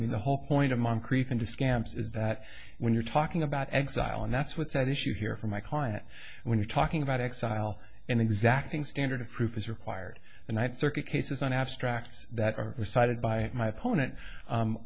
i mean the whole point of moncrief into scamps is that when you're talking about exile and that's what's at issue here for my client when you're talking about exile in exacting standard of proof is required and that circuit cases on abstracts that are decided by my opponent